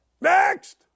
Next